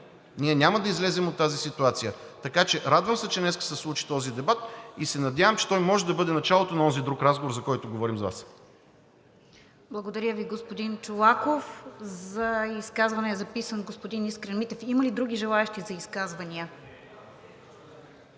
ние няма да излезем от тази ситуация. Така че радвам се, че днес се случи този дебат, и се надявам, че той може да бъде началото на онзи друг разговор, за който говорим с Вас. ПРЕДСЕДАТЕЛ РОСИЦА КИРОВА: Благодаря Ви, господин Чолаков. За изказване е записан господин Искрен Митев. Има ли други желаещи за изказвания?